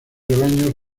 rebaños